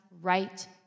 right